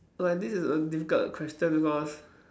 like this is a difficult question because